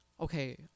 okay